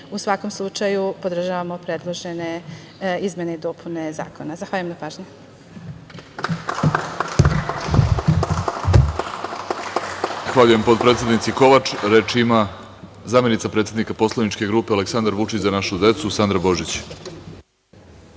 u svakom slučaju podržavamo predložene izmene i dopune zakona. Zahvaljujem na pažnji.